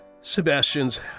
sebastian's